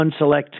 Unselect